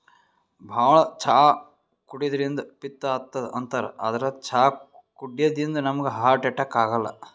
ಭಾಳ್ ಚಾ ಕುಡ್ಯದ್ರಿನ್ದ ಪಿತ್ತ್ ಆತದ್ ಅಂತಾರ್ ಆದ್ರ್ ಚಾ ಕುಡ್ಯದಿಂದ್ ನಮ್ಗ್ ಹಾರ್ಟ್ ಅಟ್ಯಾಕ್ ಆಗಲ್ಲ